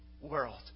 world